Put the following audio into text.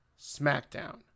SmackDown